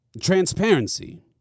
transparency